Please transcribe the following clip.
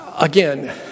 Again